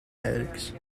eggs